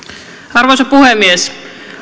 arvoisa puhemies